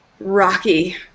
rocky